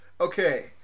Okay